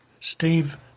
Steve